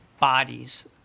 bodies